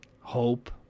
hope